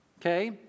Okay